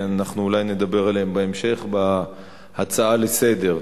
אנחנו אולי נדבר עליהם בהמשך בהצעה לסדר-היום.